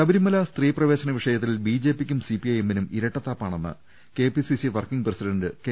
ശബരിമല സ്ത്രീം പ്രവേശ വിഷയത്തിൽ ബിജെപിയ്ക്കും സിപിഐഎമ്മിനും ഇരട്ടത്താപ്പാണെന്ന് കെപിസിസി വർക്കിംഗ് പ്രസിഡന്റ് കെ